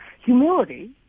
humility